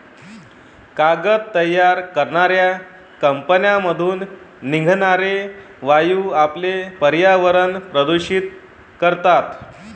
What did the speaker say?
कागद तयार करणाऱ्या कंपन्यांमधून निघणारे वायू आपले पर्यावरण प्रदूषित करतात